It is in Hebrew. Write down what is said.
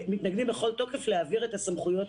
להעביר את הסמכויות